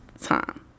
time